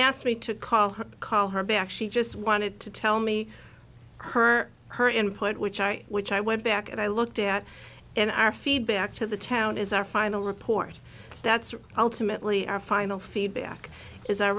ask me to call her call her back she just wanted to tell me her her input which i which i went back and i looked at in our feedback to the town is our final report that's ultimately our final feedback is our